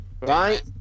Right